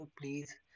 Please